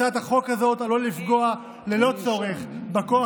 הצעת החוק הזאת עלולה לפגוע ללא צורך בכוח